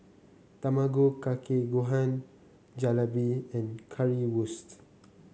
Tamago Kake Gohan Jalebi and Currywurst